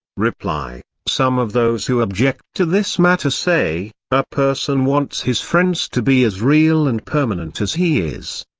reply some of those who object to this matter say a person wants his friends to be as real and permanent as he is.